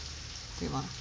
对吗